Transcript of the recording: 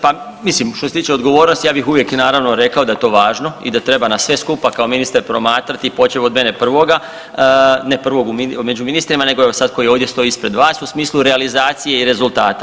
Pa mislim što se tiče odgovornosti ja bih uvijek i naravno rekao da je to važno i da treba na sve skupa kao ministar promatrati, počev od mene prvoga, ne prvog među ministrima nego evo sad koji ovdje stoji ispred vas u smislu realizacije i rezultata.